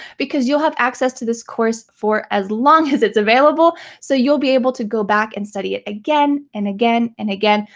because you'll have access to this course for as long as it's available. so you'll be able to go back and study it again, and again, and again,